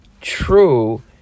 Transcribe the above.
true